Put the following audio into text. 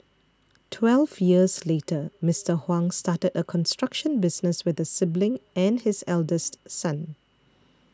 twelve years later Mister Huang started a construction business with a sibling and his eldest son